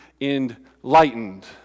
enlightened